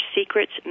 secrets